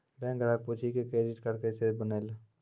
Bank ग्राहक पुछी की क्रेडिट कार्ड केसे बनेल?